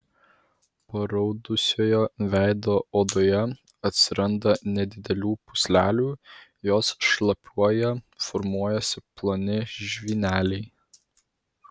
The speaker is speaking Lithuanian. paraudusioje veido odoje atsiranda nedidelių pūslelių jos šlapiuoja formuojasi ploni žvyneliai